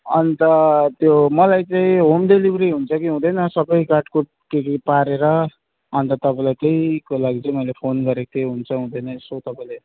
अनि त त्यो मलाई चाहिँ होम डिलिभरी हुन्छ कि हुँदैन सबै काटकुट के के पारेर अनि त तपाईँलाई त्यहीको लागि चाहिँ मैले फोन गरेको थिएँ हुन्छ कि हुँदैन यसो तपाईँले